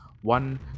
One